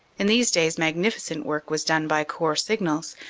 in these days magnificent work was done by corps signals,